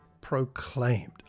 proclaimed